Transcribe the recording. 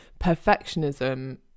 perfectionism